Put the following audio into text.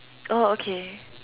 oh okay